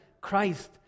Christ